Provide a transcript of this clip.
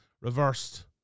reversed